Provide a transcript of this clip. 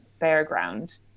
fairground